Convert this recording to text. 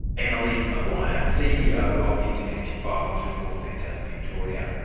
emily maguire, ceo of the domestic violence resource centre victoria.